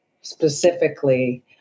specifically